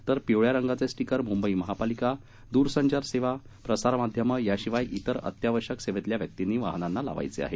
तर पिवळ्या रंगाचे स्टिकर मुंबई महापालिका दूरसंचार सेवा प्रसारमाध्यमं याशिवाय तिर अत्यावश्यक सेवेतले व्यक्तींनी वाहनांनी लावायचे आहे